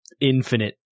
infinite